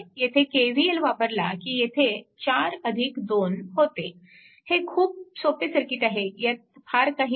येथे KVL वापरला की येथे 4 2 होते हे खूप सोपे सर्किट आहे ह्यात फार काही नाही